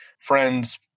friends